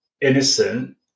Innocent